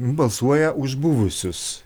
balsuoja už buvusius